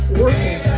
working